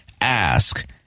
Ask